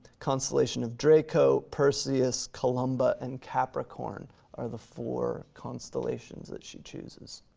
constellation of draco, perseus, columba, and capricorn are the four constellations that she chooses.